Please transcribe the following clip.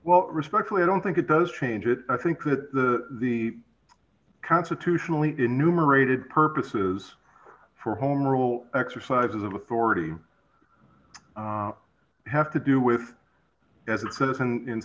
well respectfully i don't think it does change it i think that the the constitutionally enumerated purposes for home rule exercises of authority have to do with as a citizen in